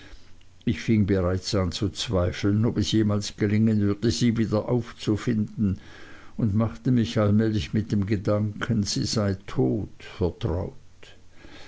ich fing bereits an zu zweifeln ob es jemals gelingen würde sie wieder aufzufinden und machte mich allmählich mit dem gedanken sie sei tot vertraut